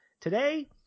Today